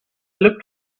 looked